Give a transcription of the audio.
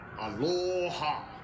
Aloha